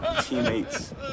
teammates